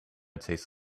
tastes